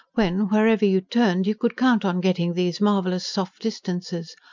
when, wherever you turned, you could count on getting these marvellous soft distances,